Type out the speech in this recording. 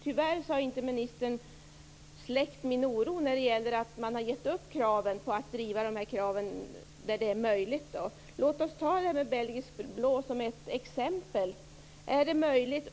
Tyvärr har inte ministern släckt min oro när det gäller att man har gett upp i fråga om att driva sina krav där det är möjligt. Låt oss ta rasen belgisk blå som ett exempel.